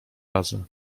razy